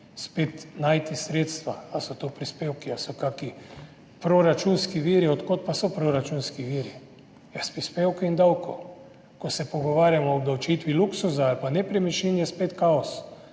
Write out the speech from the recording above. spet najti sredstva – ali so to prispevki ali so kakšni proračunski viri. Od kod pa so proračunski viri? Od prispevkov in davkov. Ko se pogovarjamo o obdavčitvi luksuza ali pa nepremičnin, je spet kaos.